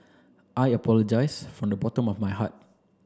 I apologize from the bottom of my heart